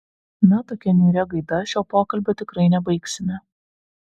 na tokia niūria gaida šio pokalbio tikrai nebaigsime